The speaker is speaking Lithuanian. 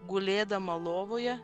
gulėdama lovoje